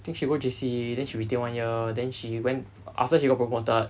think she go J_C then she retain one year then she went after she got promoted